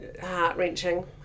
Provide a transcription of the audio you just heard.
heart-wrenching